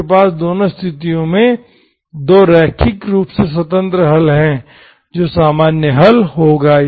आपके पास दोनों स्थितियों में दो रैखिक रूप से स्वतंत्र हल हैं जो सामान्य हल होगा